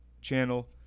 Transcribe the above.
channel